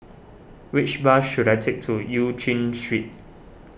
which bus should I take to Eu Chin Street